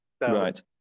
Right